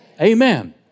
Amen